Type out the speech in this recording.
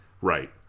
Right